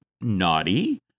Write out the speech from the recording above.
naughty